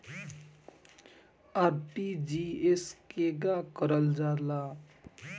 RTGS केगा करलऽ जाला?